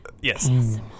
Yes